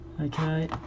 Okay